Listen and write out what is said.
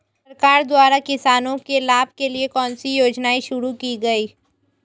सरकार द्वारा किसानों के लाभ के लिए कौन सी योजनाएँ शुरू की गईं?